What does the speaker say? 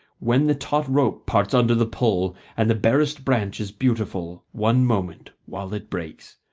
when the taut rope parts under the pull, and the barest branch is beautiful one moment, while it breaks.